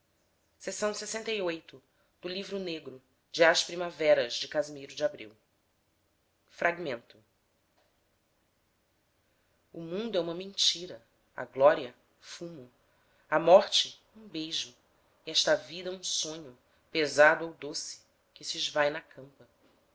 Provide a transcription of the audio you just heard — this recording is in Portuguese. quem a vida devo hei de casimiro de abreu ramente mundo é uma mentira a glória fumo a morte um beijo e esta vida um sonho pesado ou doce que sesvai na campa